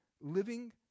Living